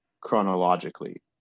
chronologically